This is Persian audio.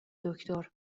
دکتر